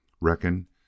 Reckon